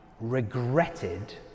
regretted